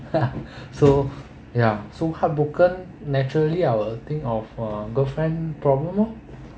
ya so ya so heartbroken naturally I will think of a girlfriend problem lor